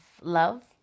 love